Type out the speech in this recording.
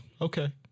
okay